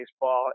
baseball